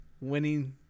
Winning